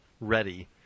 ready